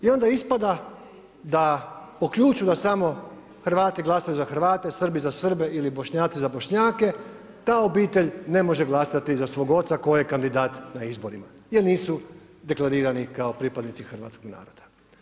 I onda ispada da po ključu da samo Hrvati glasaju za Hrvate, Srbi za Srbe ili Bošnjaci za Bošnjake, ta obitelj ne može glasati za svog oca koji je kandidat na izborima jer nisu deklarirani kao pripadnici hrvatskog naroda.